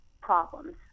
problems